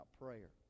prayer